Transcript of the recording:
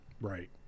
Right